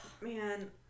man